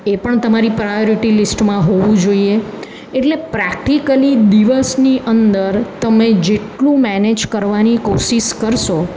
એ પણ તમારી પ્રાયોરિટી લિસ્ટમાં હોવું જોઈએ એટલે પ્રેક્ટિકલી દિવસની અંદર તમે જેટલું મેનેજ કરવાની કોશિશ કરશો